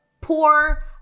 poor